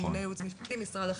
ממונה ייעוץ משפטי ממשרד החינוך.